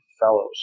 fellows